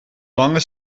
lange